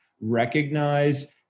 recognize